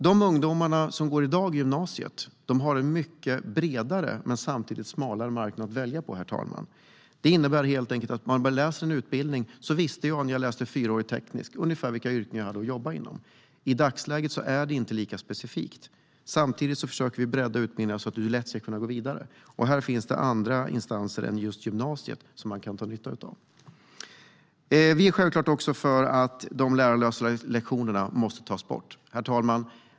De ungdomar som i dag går i gymnasiet har en mycket bredare men samtidigt smalare marknad att välja på, herr talman. När jag läste en fyraårig teknisk utbildning visste jag ungefär vilka yrken jag hade att jobba inom. I dagsläget är det inte lika specifikt. Samtidigt försöker vi bredda utbildningen så att vi lätt ska kunna gå vidare, och här finns det andra instanser att dra nytta av än just gymnasiet. Vi är självklart också för att de lärarlösa lektionerna tas bort.